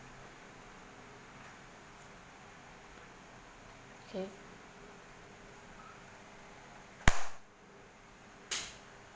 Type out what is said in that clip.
okay